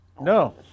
No